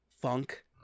Funk